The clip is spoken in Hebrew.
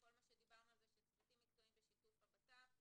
וכל מה שדיברנו עליו שצוותים מקצועיים בשיתוף הבט"פ יעשו.